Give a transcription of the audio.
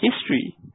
history